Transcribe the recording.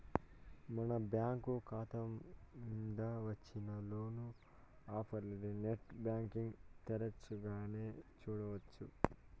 మన బ్యాంకు కాతా మింద వచ్చిన లోను ఆఫర్లనీ నెట్ బ్యాంటింగ్ తెరచగానే సూడొచ్చు